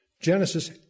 Genesis